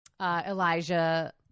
Elijah